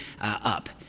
up